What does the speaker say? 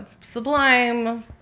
Sublime